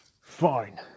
fine